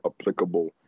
applicable